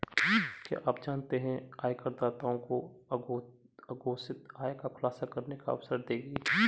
क्या आप जानते है आयकरदाताओं को अघोषित आय का खुलासा करने का अवसर देगी?